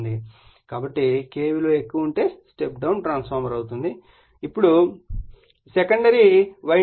కాబట్టి K విలువ ఎక్కువ ఉంటే స్టెప్ డౌన్ ట్రాన్స్ఫార్మర్ అవుతుంది